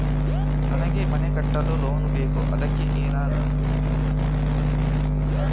ನನಗೆ ಮನೆ ಕಟ್ಟಲು ಲೋನ್ ಬೇಕು ಅದ್ಕೆ ನಾನು ಏನೆಲ್ಲ ಡಾಕ್ಯುಮೆಂಟ್ ಕೊಡ್ಬೇಕು ಅಂತ ಹೇಳ್ತೀರಾ?